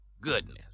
Goodness